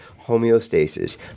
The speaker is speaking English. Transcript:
homeostasis